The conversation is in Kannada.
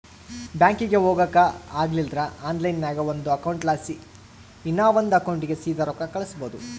ಬ್ಯಾಂಕಿಗೆ ಹೊಗಾಕ ಆಗಲಿಲ್ದ್ರ ಆನ್ಲೈನ್ನಾಗ ಒಂದು ಅಕೌಂಟ್ಲಾಸಿ ಇನವಂದ್ ಅಕೌಂಟಿಗೆ ಸೀದಾ ರೊಕ್ಕ ಕಳಿಸ್ಬೋದು